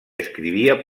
escrivia